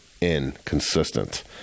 inconsistent